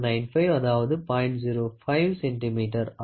05 centimetre ஆகும்